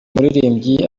muririmbyi